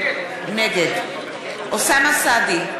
נגד אוסאמה סעדי,